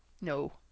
No